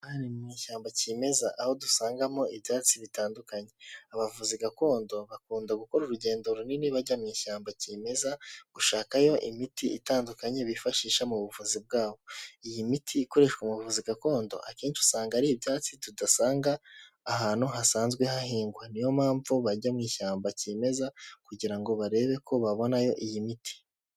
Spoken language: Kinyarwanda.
Aha ni mu ishyamba kimeza aho dusangamo ibyatsi bitandukanye abavuzi gakondo bakunda gukora urugendo runini bajya mu ishyamba kimeza gushakayo imiti itandukanye bifashisha mu buvuzi bwabo, iyi miti ikoreshwa mu buvuzi gakondo akenshi usanga ari ibyatsi tudasanga ahantu hasanzwe hahingwa niyo mpamvu bajya mu ishyamba cyemeza kugira ngo barebe ko babonayo iyi miti.